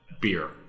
beer